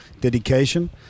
dedication